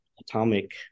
Atomic